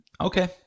Okay